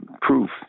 proof